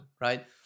right